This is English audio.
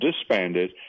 disbanded